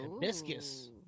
Hibiscus